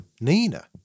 Nina